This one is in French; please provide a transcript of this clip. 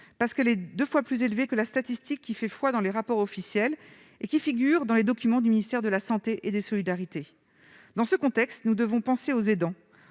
parce qu'elle est deux fois plus élevée que la statistique qui fait foi dans les rapports officiels et qui figure dans les documents du ministère de la santé et des solidarités. Dans ce contexte, nous devons penser aux aidants.